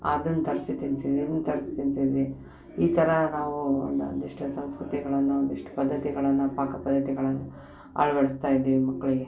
ಅದನ್ನು ತರಿಸಿ ತಿನ್ನಿಸಿದ್ವಿ ಇದನ್ನು ತರ್ಸಿ ತಿನ್ನಿಸಿದ್ವಿ ಈ ಥರ ನಾವು ಒಂದು ಒಂದಿಷ್ಟು ಸಂಸ್ಕೃತಿಗಳನ್ನು ಒಂದಿಷ್ಟು ಪದ್ಧತಿಗಳನ್ನು ಪಾಕ ಪದ್ಧತಿಗಳನ್ನು ಅಳವಡ್ಸ್ತಾ ಇದ್ದೀವಿ ಮಕ್ಕಳಿಗೆ